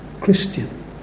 Christian